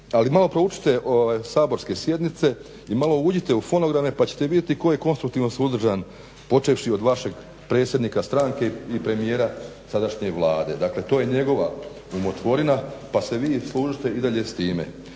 Ali malo proučite saborske sjednice i malo uđite u fonograme pa ćete vidjeti tko je konstruktivno suzdržan počevši od vašeg predsjednika stranke i premijera sadašnje Vlade. Dakle to je njegova umotvorina pa se vi služite i dalje s time.